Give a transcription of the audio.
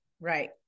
Right